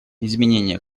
изменение